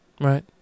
Right